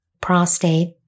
prostate